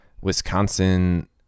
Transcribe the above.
Wisconsin –